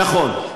נכון.